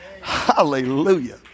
Hallelujah